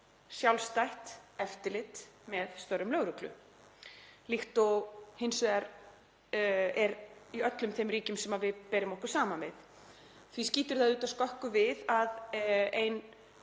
sjálfstætt eftirlit með störfum lögreglu líkt og hins vegar er í öllum þeim ríkjum sem við berum okkur saman við. Því skýtur það skökku við að ein